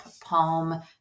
palm